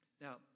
now